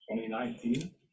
2019